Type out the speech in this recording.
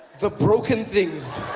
the broken things.